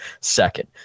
second